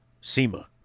SEMA